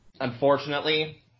Unfortunately